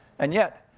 and yet,